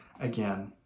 again